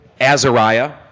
Azariah